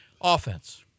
Offense